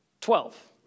Twelve